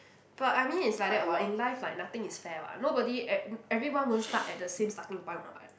but I mean it's like that [what] in life like nothing is fair [what] nobody uh everyone won't start at the same starting point [what]